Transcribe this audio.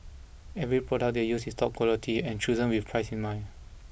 every product they use is top quality and chosen with price in mind